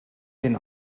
den